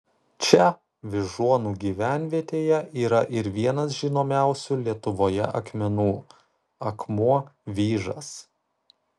čia vyžuonų gyvenvietėje yra ir vienas žinomiausių lietuvoje akmenų akmuo vyžas